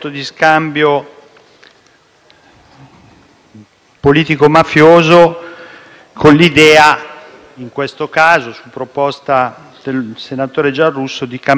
politico-mafioso, con l'idea - in questo caso su proposta del senatore Giarrusso - di cambiare una legge che già